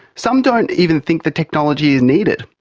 some don't even think the technology is needed.